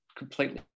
completely